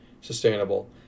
sustainable